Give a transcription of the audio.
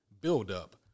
buildup